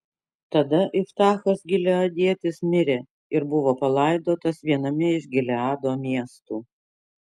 tada iftachas gileadietis mirė ir buvo palaidotas viename iš gileado miestų